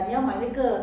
I don't know